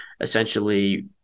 essentially